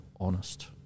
honest